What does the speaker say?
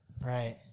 Right